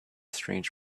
strange